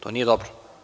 To nije dobro.